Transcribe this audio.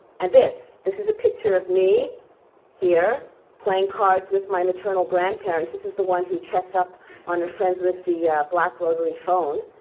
and this? this is a picture of me here playing cards with my maternal grandparents. this is the one who checked up on her friends with the black rotary phone.